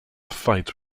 fight